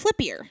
Flippier